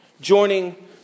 joining